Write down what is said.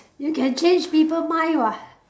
you can change people mind [what]